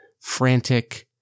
frantic